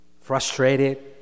frustrated